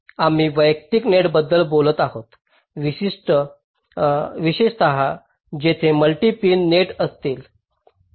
आम्ही वैयक्तिक नेटबद्दल बोलत आहोत विशेषत तेथे मल्टी पिन नेट असतील